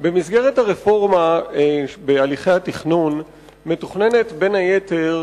במסגרת הרפורמה בהליכי התכנון מתוכנן, בין היתר,